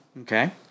Okay